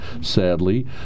sadly